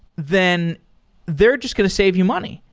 then they're just going to save you money.